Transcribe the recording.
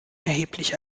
erheblich